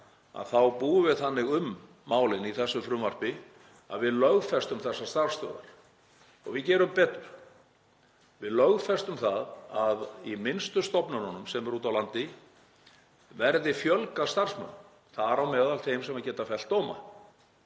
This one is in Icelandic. þá búum við þannig um málin í þessu frumvarpi að við lögfestum þessar starfsstöðvar. Og við gerum betur: Við lögfestum það að í minnstu stofnununum sem eru úti á landi verði starfsmönnum fjölgað, þar á meðal þeim sem geta fellt dóma,